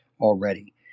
already